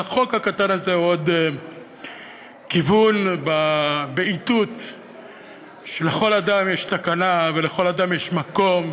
החוק הקטן הזה הוא עוד כיוון באיתות שלכל אדם יש תקנה ולכל אדם יש מקום,